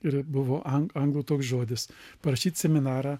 ir buvo anglų toks žodis parašyti seminarą